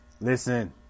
Listen